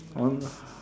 one